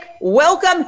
welcome